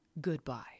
goodbye